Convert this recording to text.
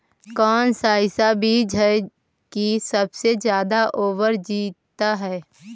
कौन सा ऐसा बीज है की सबसे ज्यादा ओवर जीता है?